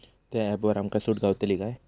त्या ऍपवर आमका सूट गावतली काय?